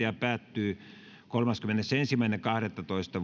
ja päättyy kolmaskymmenesensimmäinen kahdettatoista